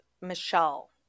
Michelle